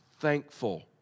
thankful